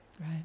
Right